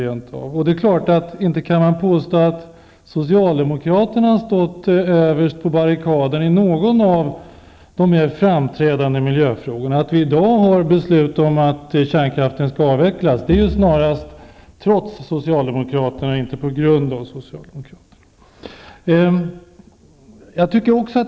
Inte kan man påstå att socialdemokraterna stått överst på barrikaderna i någon av de framträdande miljöfrågorna. Att det nu finns ett beslut om att kärnkraften skall avvecklas är snarast trots socialdemokraternas, inte tack vare socialdemokraternas, inställning.